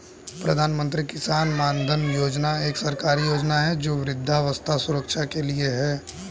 प्रधानमंत्री किसान मानधन योजना एक सरकारी योजना है जो वृद्धावस्था सुरक्षा के लिए है